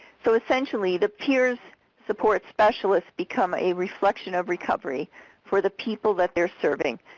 so essentially the peers support specialist become a reflection of recovery for the people that they are serving.